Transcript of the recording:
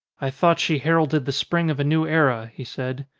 i thought she heralded the spring of a new era, he said.